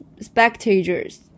spectators